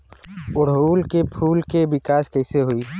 ओड़ुउल के फूल के विकास कैसे होई?